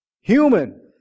human